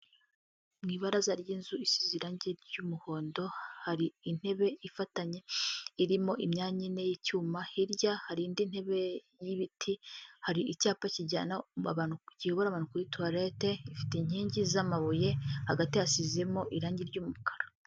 Mu ibaraza ry'inzu isize irangi ry'umuhondo hari intebe ifatanye irimo imyanya ine y'icyuma, hirya hari indi ntebe y'ibiti hari icyapa kijyana kiyobora abantu kuri tuwalete ifite inkingi z'amabuye hagati hasizemo irangi ry'umukara.